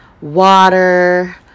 Water